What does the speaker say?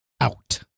out